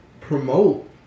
promote